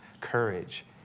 courage